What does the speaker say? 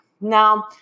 now